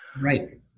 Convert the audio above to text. Right